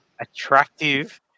attractive